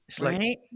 Right